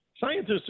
Scientists